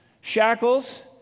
shackles